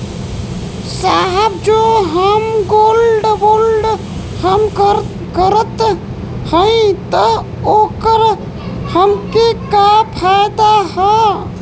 साहब जो हम गोल्ड बोंड हम करत हई त ओकर हमके का फायदा ह?